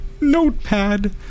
Notepad